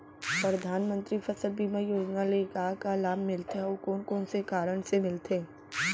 परधानमंतरी फसल बीमा योजना ले का का लाभ मिलथे अऊ कोन कोन कारण से मिलथे?